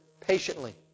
patiently